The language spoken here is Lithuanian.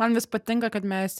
man vis patinka kad mes